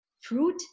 fruit